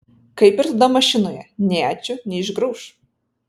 kaip ir tada mašinoje nei ačiū nei išgrauš